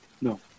No